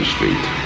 Street